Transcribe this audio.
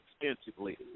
extensively